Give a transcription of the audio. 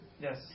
Yes